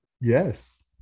Yes